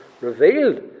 revealed